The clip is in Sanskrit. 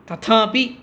तथापि